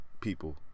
people